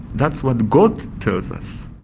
that's what god tells us.